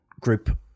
group